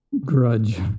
grudge